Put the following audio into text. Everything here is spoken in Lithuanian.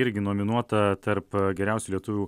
irgi nominuota tarp geriausių lietuvių